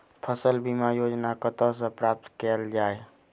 फसल बीमा योजना कतह सऽ प्राप्त कैल जाए?